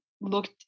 looked